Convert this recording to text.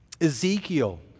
Ezekiel